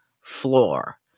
floor